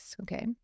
okay